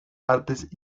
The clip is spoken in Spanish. artes